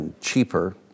cheaper